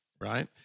right